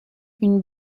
une